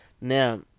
Now